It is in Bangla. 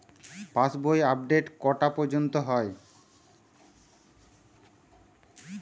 পাশ বই আপডেট কটা পর্যন্ত হয়?